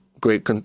great